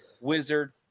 Wizard